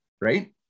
right